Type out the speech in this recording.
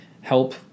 help